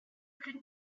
plus